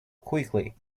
quickly